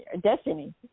destiny